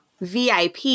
VIP